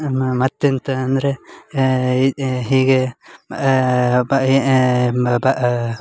ಮ ಮತ್ತು ಎಂತ ಅಂದರೆ ಇ ಹೀಗೆ